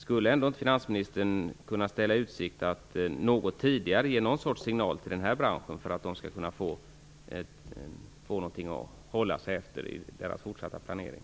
Skulle finansministern ändå inte kunna ställa i utsikt att något tidigare ge någon sorts signal till denna bransch, så att man får någonting att hålla sig efter i sin fortsatta planering?